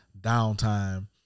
downtime